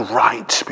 right